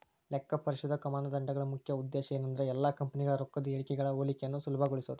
ಲೆಕ್ಕಪರಿಶೋಧಕ ಮಾನದಂಡಗಳ ಮುಖ್ಯ ಉದ್ದೇಶ ಏನಂದ್ರ ಎಲ್ಲಾ ಕಂಪನಿಗಳ ರೊಕ್ಕದ್ ಹೇಳಿಕೆಗಳ ಹೋಲಿಕೆಯನ್ನ ಸುಲಭಗೊಳಿಸೊದು